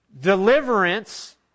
deliverance